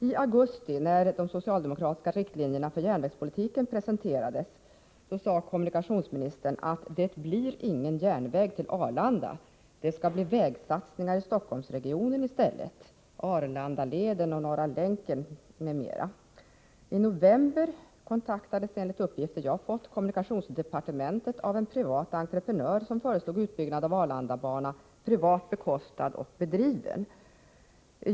I augusti, när de socialdemokratiska riktlinjerna för järnvägspolitiken presenterades, sade kommunikationsministern att det inte blir någon järnväg till Arlanda. Det skulle bli vägsatsningar i Stockholmsregionen i stället — Arlandaleden, Norra länken m.m. I november kontaktades, enligt uppgifter som jag har fått, kommunikationsdepartementet av en privat entreprenör, som föreslog utbyggnad av en Arlandabana, privat bekostad och driven.